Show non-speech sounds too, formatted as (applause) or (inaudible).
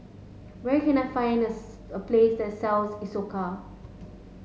where can I find (unintelligible) a place that sells Isocal